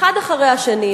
אחד אחרי השני,